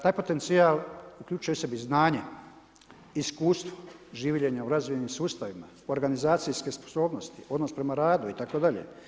Taj potencijal uključuje znanje, iskustvo življenja u razvijenim sustavima, organizacijske sposobnosti, odnos prema radu itd.